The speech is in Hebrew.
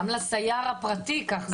גם לסייר הפרטי ייקח זמן.